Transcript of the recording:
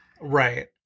Right